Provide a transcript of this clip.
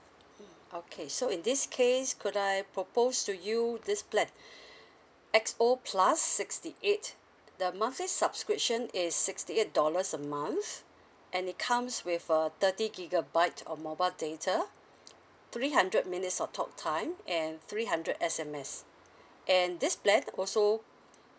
mm okay so in this case could I propose to you this plan X_O plus sixty eight the monthly subscription is sixty eight dollars a month and it comes with a thirty gigabyte of mobile data three hundred minutes of talk time and three hundred S_M_S and this plan also